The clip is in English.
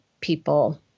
people